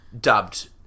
dubbed